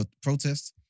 protests